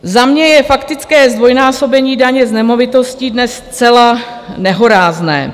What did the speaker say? Za mě je faktické zdvojnásobení daně z nemovitostí dnes zcela nehorázné.